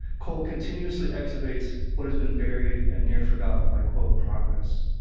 cole continuously excavates what has been buried and near forgotten by quote progress.